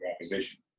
opposition